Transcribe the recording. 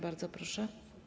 Bardzo proszę.